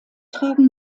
tragen